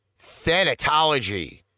Thanatology